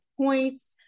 points